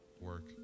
Work